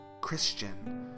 Christian